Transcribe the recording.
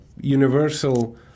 universal